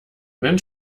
wenn